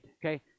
okay